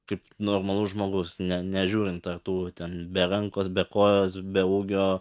kaip normalus žmogus ne nežiūrint ten tų ten be rankos be kojos be ūgio